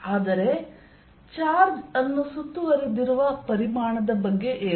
ಆದರೆ ಚಾರ್ಜ್ ಅನ್ನು ಸುತ್ತುವರೆದಿರುವ ಪರಿಮಾಣದ ಬಗ್ಗೆ ಏನು